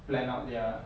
plan out their